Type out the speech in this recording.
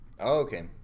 okay